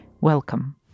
Welcome